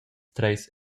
treis